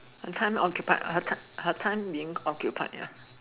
her time occupied her time being occupied ah